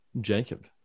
Jacob